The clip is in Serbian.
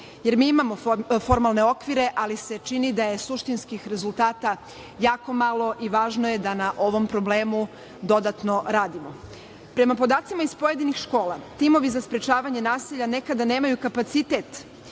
Mi imamo formalne okvire, ali se čini da je suštinskih rezultata jako malo i važno je da na ovom problemu dodatno radimo. Prema podacima iz pojedinh škola timovi za sprečavanje nasilja nekada nemaju kapacitet